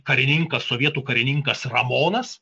karininkas sovietų karininkas ramonas